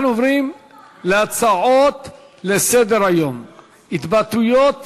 אנחנו עוברים להצעות לסדר-היום בנושא: התבטאויות